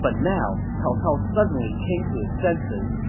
but now, cao cao suddenly came to his senses.